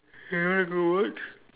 you want to go watch